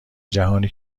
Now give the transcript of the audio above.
جهانی